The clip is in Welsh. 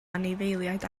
anifeiliaid